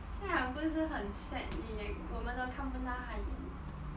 这样他不是很 sad 你也我们都看不到他演